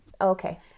Okay